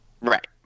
Right